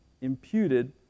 imputed